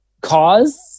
cause